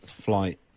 flight